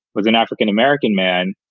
was an african-american man.